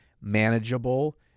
manageable